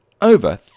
over